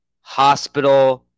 hospital